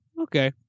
okay